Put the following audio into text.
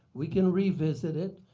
we can revisit it.